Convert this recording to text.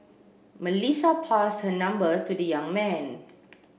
Melissa passed her number to the young man